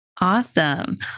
Awesome